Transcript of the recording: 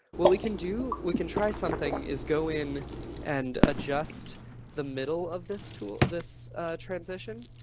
what we can do, we can try something is go in and adjust the middle of this tool. this transition.